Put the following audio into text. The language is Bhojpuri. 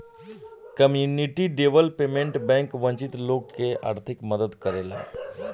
कम्युनिटी डेवलपमेंट बैंक वंचित लोग के आर्थिक मदद करेला